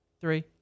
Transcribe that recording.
three